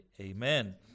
Amen